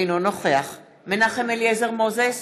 אינו נוכח מנחם אליעזר מוזס,